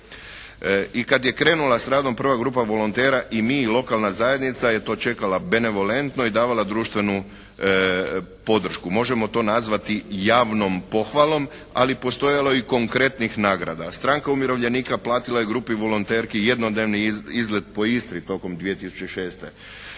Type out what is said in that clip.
I kad je krenula s radom prva grupa volontera i mi i lokalna zajednica je to čekala benevolentno i davala društvenu podršku. Možemo to nazvati javnom pohvalom. Ali postojalo je i konkretnih nagrada. Stranka umirovljenika platila je grupi volonterki jednodnevni izlet po Istri tokom 2006. Takva